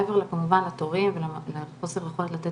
מעבר לכמובן התורים וחוסר היכולת לתת